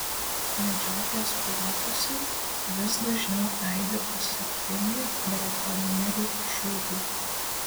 medžioklės plotuose vis dažniau aidi paslaptingi brakonierių šūviai